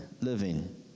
living